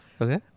Okay